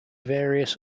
various